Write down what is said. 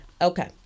Okay